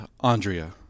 Andrea